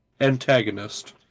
antagonist